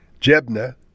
Jebna